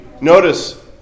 notice